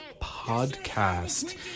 podcast